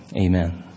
Amen